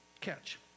catch